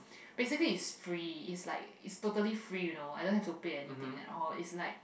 basically is free is like is totally free you know I don't have to pay anything at all is like